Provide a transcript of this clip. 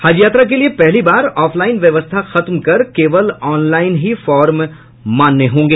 हज यात्रा के लिये पहली बार ऑफलाइन व्यवस्था खत्म कर केवल ऑनलाइन ही फार्म मान्य होगा